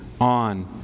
on